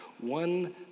one